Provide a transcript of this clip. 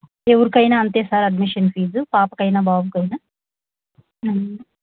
ఎవరికైనా అంతే sir admission fee పాపకైనా బాబుకైనా